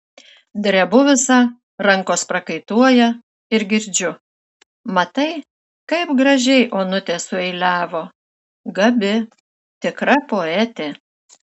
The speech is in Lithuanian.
drebu visa rankos prakaituoja ir girdžiu matai kaip gražiai onutė sueiliavo gabi tikra poetė